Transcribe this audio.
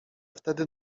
wtedy